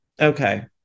Okay